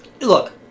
Look